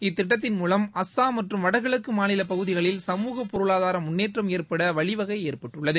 இத்திட்டத்தின் மூலம் அஸ்ஸாம் மற்றும் வடகிழக்கு மாநில பகுதிகளில் சமூக பொருளாதார முன்னேற்றம் ஏற்பட வழிவகை ஏற்பட்டுள்ளது